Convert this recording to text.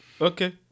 Okay